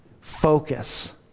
Focus